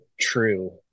true